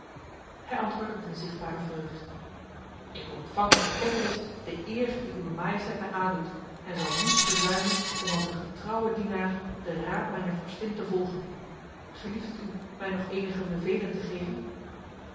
hij antwoordde met een zichtbare vreugd ik ontvang met erkentenis de eer die uwe majesteit mij aandoet en zal niets verzuimen om als een getrouwe dienaar de raad mijner vorstin te volgen gelieft het u mij nog enige bevelen te geven